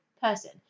person